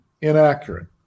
inaccurate